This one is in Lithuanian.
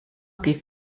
kaip